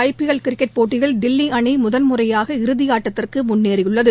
ஐ P L cricket போட்டியில் தில்லி அணி முதன்முறையாக இறுதியாட்டத்திற்கு முன்னேறியுள்ளது